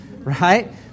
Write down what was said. right